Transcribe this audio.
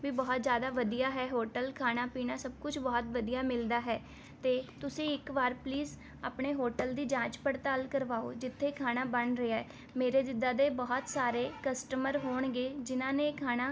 B ਬਹੁਤ ਜ਼ਿਆਦਾ ਵਧੀਆ ਹੈ ਹੋਟਲ ਖਾਣਾ ਪੀਣਾ ਸਭ ਕੁੱਝ ਬਹੁਤ ਵਧੀਆ ਮਿਲਦਾ ਹੈ ਅਤੇ ਤੁਸੀਂ ਇੱਕ ਵਾਰ ਪਲੀਜ਼ ਆਪਣੇ ਹੋਟਲ ਦੀ ਜਾਂਚ ਪੜ੍ਤਾਲ ਕਰਵਾਓ ਜਿੱਥੇ ਖਾਣਾ ਬਣ ਰਿਹਾ ਮੇਰੇ ਜਿੱਦਾਂ ਦੇ ਬਹੁਤ ਸਾਰੇ ਕਸਟਮਰ ਹੋਣਗੇ ਜਿੰਨਾਂ ਨੇ ਇਹ ਖਾਣਾ